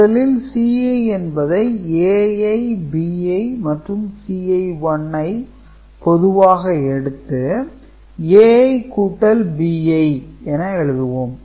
முதலில் Ci என்பதை Ai Bi மற்றும் Ci 1 ஐ பொதுவாக எடுத்து Ai கூட்டல் Bi என எழுதுவோம்